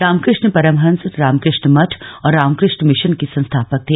रामकष्ण परमहंस रामकष्ण मठ और रामकृष्ण मिशन के संस्थापक थे